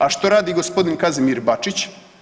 A što radi gospodin Kazimir Bačić?